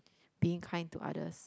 being kind to others